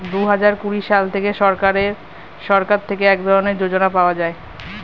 দুহাজার কুড়ি সাল থেকে সরকার থেকে এক ধরনের যোজনা পাওয়া যায়